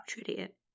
idiot